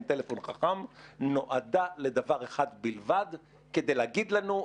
טלפון חכם נועדה לדבר אחד בלבד: כדי להגיד לנו,